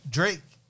Drake